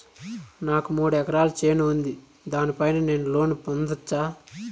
నాకు మూడు ఎకరాలు చేను ఉంది, దాని పైన నేను లోను పొందొచ్చా?